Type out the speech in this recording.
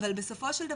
אבל בסופו של דבר,